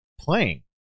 playing